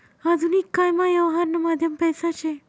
आधुनिक कायमा यवहारनं माध्यम पैसा शे